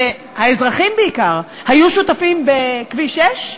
והאזרחים בעיקר, היו שותפים בכביש 6?